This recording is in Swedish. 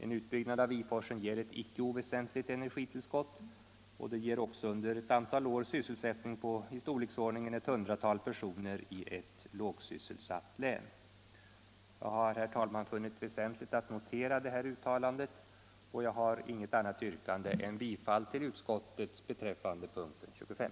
En utbyggnad av Viforsen ger ett icke oväsentligt energitillskott och den ger också under ett antal år sysselsättning för ett hundratal personer i ett lågsysselsatt län. Jag har, herr talman, funnit väsentligt att notera detta uttalande. Jag har inget annat yrkande än bifall till utskottets betänkande beträffande punkten 25.